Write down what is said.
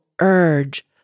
urge